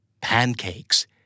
pancakes